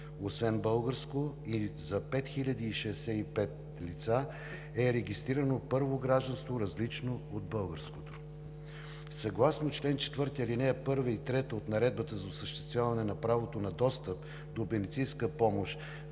освен българско и за 5065 лица е регистрирано първо гражданство, различно от българското. Съгласно чл. 4, ал. 1 и 3 от Наредбата за осъществяване на правото на достъп до медицинска помощ,